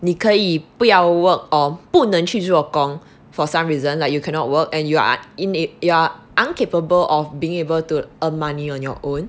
你可以不要 work or 不能去做工 for some reason lah you cannot work and you are in eh you are uncapable of being able to earn money on your own